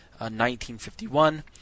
1951